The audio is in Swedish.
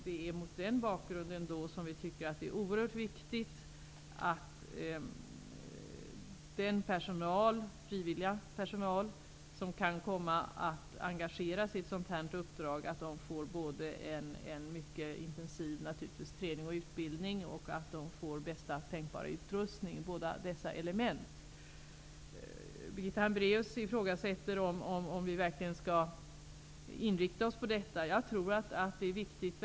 Det är mot den bakgrunden som vi anser att det är oerhört viktigt att den frivilliga personal som kan komma att engageras i ett sådant uppdrag får både en mycket intensiv träning och utbildning och bästa tänkbara utrustning. Birgitta Hambraeus ifrågasätter om vi verkligen skall inrikta oss på detta. Jag tror att det är viktigt.